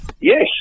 Yes